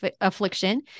affliction